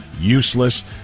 useless